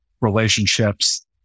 relationships